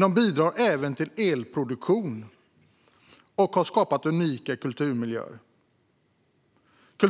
De bidrar även till elproduktion och har skapat unika kulturmiljöer. Dessa